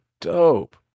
dope